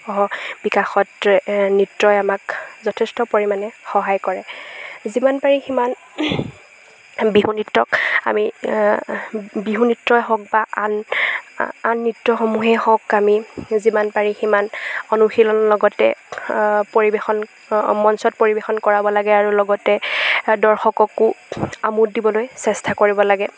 বিকাশত নৃত্যই আমাক যথেষ্ট পৰিমাণে সহায় কৰে যিমান পাৰি সিমান বিহু নৃত্যক আমি বিহু নৃত্যই হওক বা আন আন নৃত্যসমূহেই হওক আমি যিমান পাৰি সিমান অনুশীলন লগতে পৰিৱেশন মঞ্চত পৰিৱেশন কৰাব লাগে আৰু লগতে দৰ্শককো আমোদ দিবলৈ চেষ্টা কৰিব লাগে